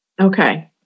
Okay